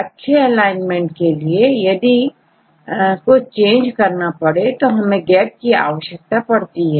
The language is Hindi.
अच्छे अलाइनमेंट के लिए यदि कुछ चेंज करना पड़े तो हमें गैप की आवश्यकता होगी